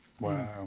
Wow